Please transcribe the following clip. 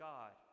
God